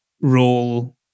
role